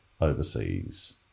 overseas